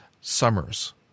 Summers